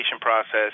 process